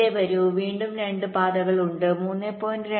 ഇവിടെ വരൂ വീണ്ടും 2 പാതകൾ ഉണ്ട് 3